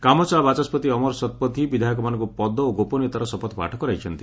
କାମଚଳା ବାଚସ୍ୱତି ଅମର ଶତପଥୀ ବିଧାୟକମାନଙ୍କୁ ପଦ ଓ ଗୋପନୀୟତାର ଶପଥପାଠ କରିଛନ୍ତି